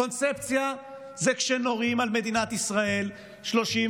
קונספציה זה כשנורים על מדינת ישראל 34